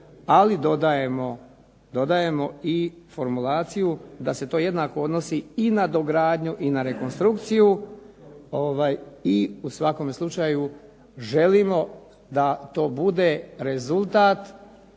ali dodajemo i formulaciju da se to jednako odnosi i na dogradnju i na rekonstrukciju i u svakom slučaju želimo da to bude rezultat